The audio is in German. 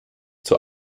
zur